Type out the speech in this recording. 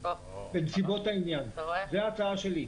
דבר ראשון,